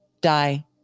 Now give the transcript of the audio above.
die